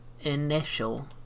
initial